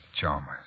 Chalmers